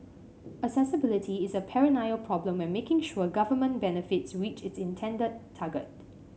accessibility is a perennial problem when making sure government benefits reach its intended target